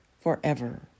forever